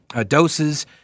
doses